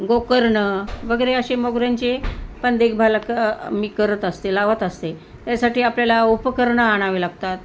गोकर्ण वगैरे असे मोगऱ्यांचे पण देखभाल क मी करत असते लावत असते त्यासाठी आपल्याला उपकरणं आणावे लागतात